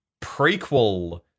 prequel